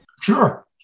Sure